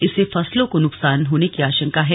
इससे फसलों को नुकसान होने की आशंका है